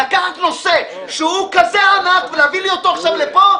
לקחת נושא כזה ענק ולהביא לי אותו עכשיו לפה?